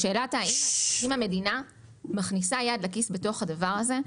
לשאלה האם המדינה מכניסה יד לכיס בתוך הדבר הזה,